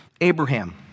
Abraham